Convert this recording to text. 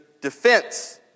defense